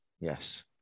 Yes